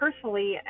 personally